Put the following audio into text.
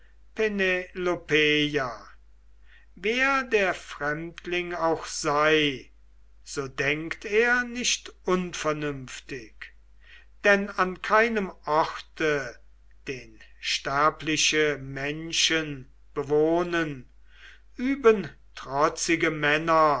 wer der fremdling auch sei so denkt er nicht unvernünftig denn an keinem orte den sterbliche menschen bewohnen üben trotzige männer